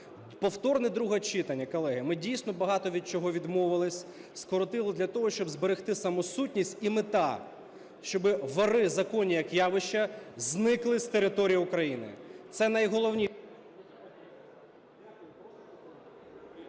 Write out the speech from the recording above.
Повторне друге читання, колеги. Ми, дійсно, багато від чого відмовилися, скоротили, для того щоб зберегти саму сутність, і мета – щоби "вори в законі" як явище зникли з території України. Це найголовніше…